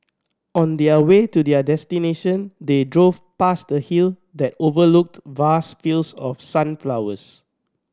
on their way to their destination they drove past a hill that overlooked vast fields of sunflowers